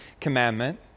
commandment